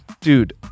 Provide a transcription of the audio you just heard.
Dude